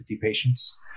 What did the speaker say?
patients